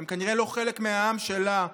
הם כנראה לא חלק מהעם שלה,